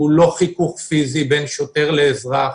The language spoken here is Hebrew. הוא לא חיכוך פיזי בין שוטר לאזרח,